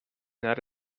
not